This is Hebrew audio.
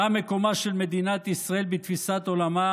מה מקומה של מדינת ישראל בתפיסת עולמה